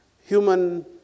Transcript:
human